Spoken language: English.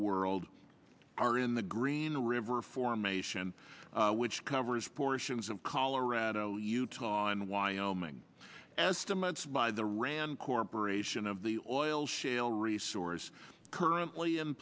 world are in the green river formation which covers portions of colorado utah and wyoming estimates by the rand corporation of the oil shale resource currently in